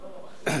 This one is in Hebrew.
לא נורא.